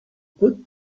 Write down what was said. put